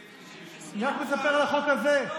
בסעיף 98. אני רק מספר על החוק הזה.